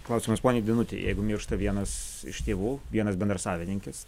klausimas poniai danutei jeigu miršta vienas iš tėvų vienas bendrasavininkis